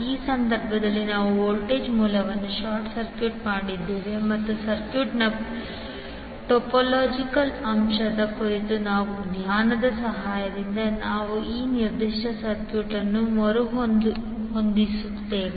ಈ ಸಂದರ್ಭದಲ್ಲಿ ನಾವು ವೋಲ್ಟೇಜ್ ಮೂಲವನ್ನು ಶಾರ್ಟ್ ಸರ್ಕ್ಯೂಟ್ ಮಾಡಿದ್ದೇವೆ ಮತ್ತು ಸರ್ಕ್ಯೂಟ್ನ ಟೊಪೊಲಾಜಿಕಲ್ ಅಂಶದ ಕುರಿತು ನಮ್ಮ ಜ್ಞಾನದ ಸಹಾಯದಿಂದ ನಾವು ಈ ನಿರ್ದಿಷ್ಟ ಸರ್ಕ್ಯೂಟ್ ಅನ್ನು ಮರುಹೊಂದಿಸುತ್ತೇವೆ